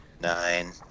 nine